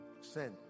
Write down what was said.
sent